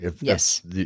Yes